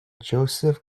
joseph